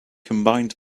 combined